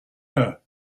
her